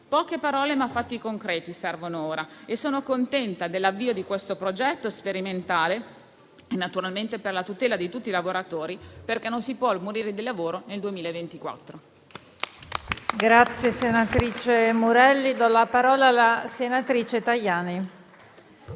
poche parole, ma fatti concreti e sono contenta dell'avvio di questo progetto sperimentale per la tutela di tutti i lavoratori, perché non si può morire di lavoro nel 2024.